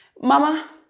Mama